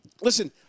Listen